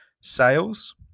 sales